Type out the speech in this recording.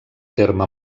terme